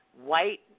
white